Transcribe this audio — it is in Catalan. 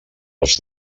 els